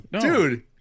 Dude